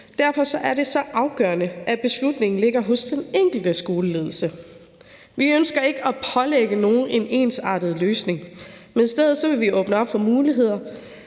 Derfor er det så afgørende, at beslutningen ligger hos den enkelte skoleledelse. Vi ønsker ikke at pålægge nogen en ensartet løsning, men i stedet vil vi åbne op for muligheder.